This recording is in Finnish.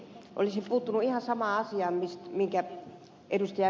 olisin puuttunut ihan samaan asiaan minkä ed